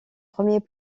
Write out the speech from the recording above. premiers